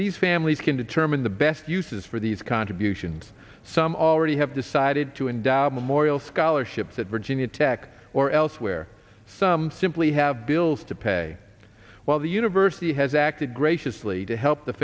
these families can determine the best uses for these contributions some already have decided to endow memorial scholarships at virginia tech or elsewhere some simply have bills to pay while the university has acted graciously to help the